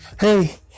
hey